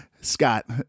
Scott